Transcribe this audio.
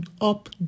up